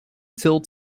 till